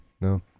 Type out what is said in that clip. no